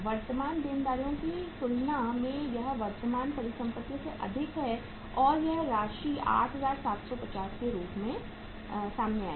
वर्तमान देनदारियों की तुलना में यह वर्तमान परिसंपत्ति से अधिक है और यह राशि 8750 के रूप में सामने आएगी